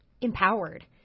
empowered